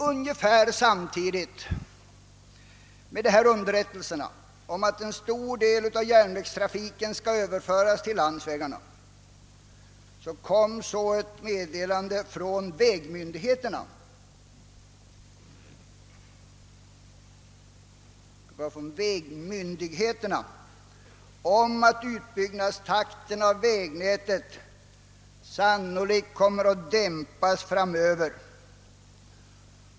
Ungefär samtidigt med underrättelsen om att en stor del av järnvägstrafiken skall överföras till landsvägarna kom ett meddelande från vägmyndigheterna om att utbyggnadstakten för vägnätet sannolikt kommer att dämpas framöver.